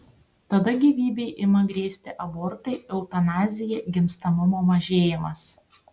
tada gyvybei ima grėsti abortai eutanazija gimstamumo mažėjimas